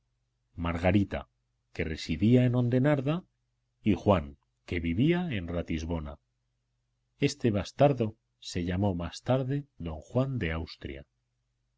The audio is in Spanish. margarita que residía en ondenarda y juan que vivía en ratisbona este bastardo se llamó más tarde don juan de austria